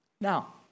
Now